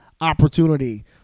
opportunity